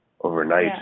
overnight